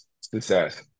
success